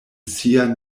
sia